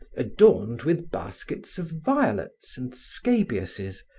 adorned with baskets of violets and scabiouses,